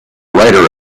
writer